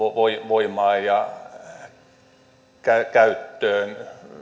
voimaan ja käyttöön